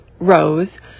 rows